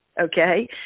okay